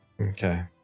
Okay